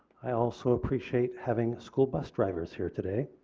i also appreciate having school bus drivers here today.